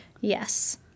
Yes